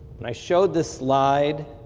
i showed the slide